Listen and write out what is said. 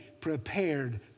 prepared